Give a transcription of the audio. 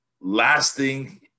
lasting